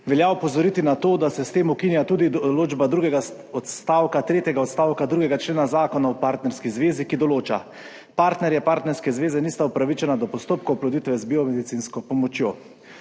Velja opozoriti na to, da se s tem ukinja tudi določba drugega odstavka, tretjega odstavka 2. člena Zakona o partnerski zvezi, ki določa: partnerja partnerske zveze nista upravičena do postopkov oploditve z biomedicinsko pomočjo.